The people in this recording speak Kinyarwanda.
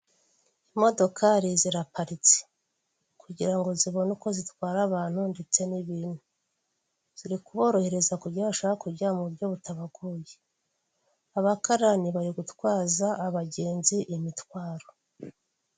Imodokari ziparitse kugira ngo zibone uko zitwara abantu ndetse n'ibintu ziri kuborohereza kujya bashaka kujya mu buryo butabagoye. Abakarani bari gutwaza abagenzi imitwaro.